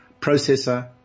processor